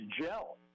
gel